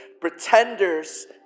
pretenders